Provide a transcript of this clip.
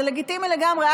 זה לגיטימי לגמרי.